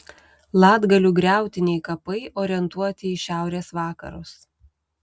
latgalių griautiniai kapai orientuoti į šiaurės vakarus